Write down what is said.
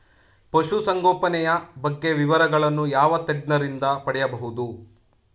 ಪಶುಸಂಗೋಪನೆಯ ಬಗ್ಗೆ ವಿವರಗಳನ್ನು ಯಾವ ತಜ್ಞರಿಂದ ಪಡೆಯಬಹುದು?